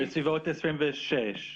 בסביבות 26,